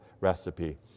recipe